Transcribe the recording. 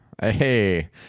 Hey